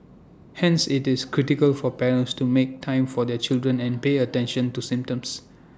hence IT is critical for parents to make time for their children and pay attention to symptoms